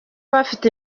bafite